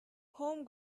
home